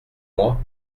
moi